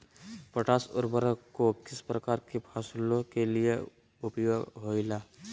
Potash उर्वरक को किस प्रकार के फसलों के लिए उपयोग होईला?